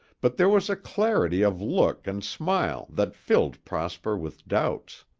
but there was a clarity of look and smile that filled prosper with doubts.